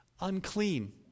unclean